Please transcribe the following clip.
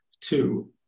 two